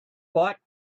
bought